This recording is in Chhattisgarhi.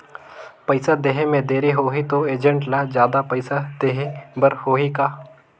पइसा देहे मे देरी होही तो एजेंट ला जादा पइसा देही बर होही का?